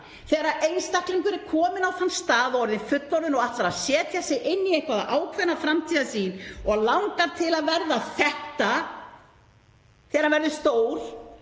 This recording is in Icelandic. Þegar einstaklingur er kominn á þann stað og er orðinn fullorðinn og ætlar að setja sig inn í ákveðna framtíðarsýn og langar til að verða þetta þegar hann verður stór